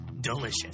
delicious